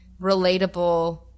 relatable